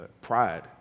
pride